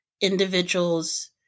individuals